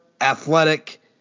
athletic